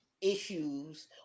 issues